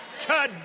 Today